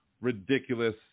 ridiculous